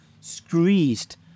squeezed